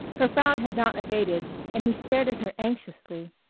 her frown had not abated and he stared at her anxiously,